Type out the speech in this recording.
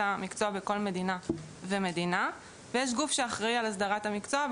המקצוע בכל מדינה ומדינה וגוף שאחראי על הסדרת המקצוע.